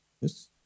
Yes